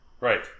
Right